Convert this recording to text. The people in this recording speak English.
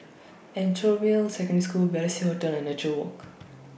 Anchorvale Secondary School Balestier Hotel and Nature Walk